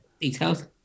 details